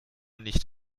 nicht